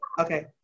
okay